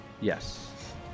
Yes